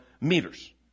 meters